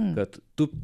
bet tu